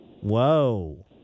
Whoa